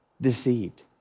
deceived